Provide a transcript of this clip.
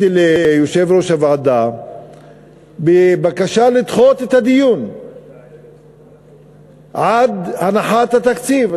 ליושב-ראש הוועדה בבקשה לדחות את הדיון עד הנחת התקציב,